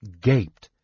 gaped